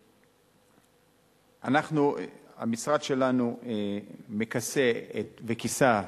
אנחנו, המשרד שלנו מכסה, וכיסה,